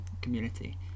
community